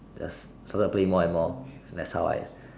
thus so I play more and more and that's how I